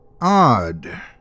Odd